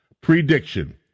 Prediction